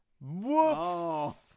Whoops